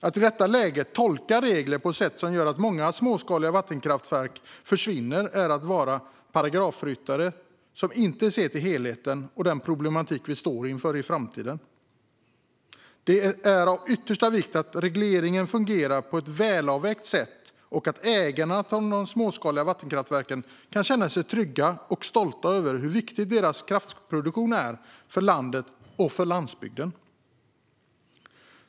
Att i detta läge tolka regler på ett sätt som gör att många småskaliga vattenkraftverk försvinner är att vara en paragrafryttare som inte ser till helheten och till den problematik vi kommer att stå inför i framtiden. Det är av yttersta vikt att regleringen fungerar på ett välavvägt sätt och att ägarna till de småskaliga vattenkraftverken kan känna sig trygga och stolta över hur viktig deras kraftproduktion är för landet och för landsbygden.